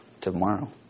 tomorrow